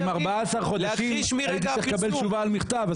14 חודשים הייתי צריך לחכות לקבל תשובה על מכתב,